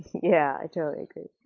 yeah, i totally agree.